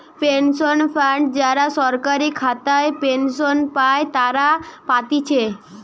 pension fund যারা সরকারি খাতায় পেনশন পাই তারা পাতিছে